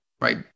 right